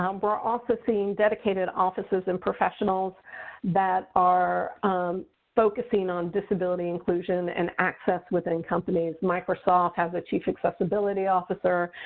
um we're also seeing dedicated offices and professionals that are focusing on disability inclusion and access within companies. microsoft has a chief accessibility officer,